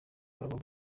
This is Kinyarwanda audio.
bavuga